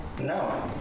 No